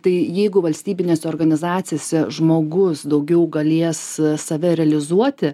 tai jeigu valstybinėse organizacijose žmogus daugiau galės save realizuoti